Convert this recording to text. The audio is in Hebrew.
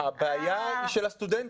הבעיה היא של הסטודנטים.